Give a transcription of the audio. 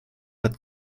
hat